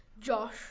Josh